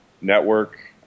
network